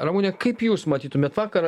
ramune kaip jūs matytumėt vakar